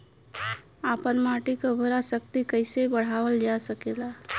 आपन माटी क उर्वरा शक्ति कइसे बढ़ावल जा सकेला?